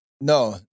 no